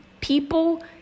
people